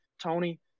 Tony